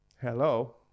Hello